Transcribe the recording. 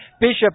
Bishop